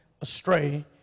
astray